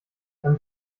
beim